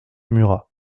murat